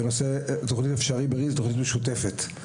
תכנית "אפשרי בריא" זאת תכנית משותפת.